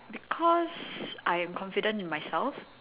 because I am confident in myself